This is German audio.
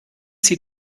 sie